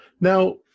Now